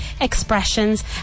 expressions